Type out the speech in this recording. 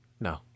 No